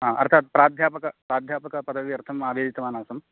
हा अर्थात् प्राध्यापक प्राध्यापकपदव्यर्थम् आवेदितवानासम्